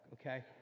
okay